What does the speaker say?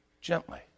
gently